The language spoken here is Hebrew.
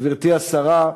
גברתי השרה,